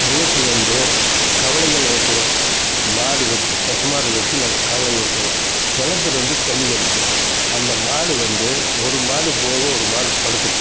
அன்றைக்கு வந்து கவளைகள் ஓட்டுவோம் மாடு வச்சு பசுமாடு வைச்சி நாங்கள் கவளை ஓட்டுவோம் கிணத்துலந்து தண்ணிர் எடுப்போம் அந்த மாடு வந்து ஒரு மாடு போகும் ஒரு மாடு படுத்துக்கும்